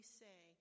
say